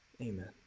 Amen